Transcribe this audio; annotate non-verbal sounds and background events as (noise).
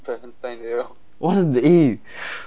(noise) eh